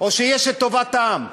או שיש את טובת העם?